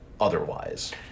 otherwise